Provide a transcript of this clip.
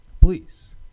please